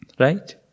Right